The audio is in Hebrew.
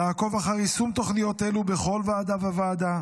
היא לעקוב אחר יישום תוכניות אלו בכל ועדה וועדה,